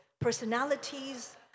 personalities